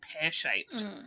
pear-shaped